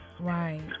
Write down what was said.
Right